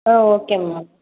okay ma'am